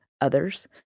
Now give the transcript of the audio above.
others